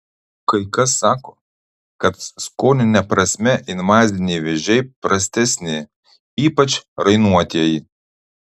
kai kas sako kad skonine prasme invaziniai vėžiai prastesni ypač rainuotieji